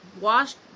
washed